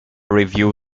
review